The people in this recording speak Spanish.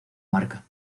marca